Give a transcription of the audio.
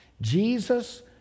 Jesus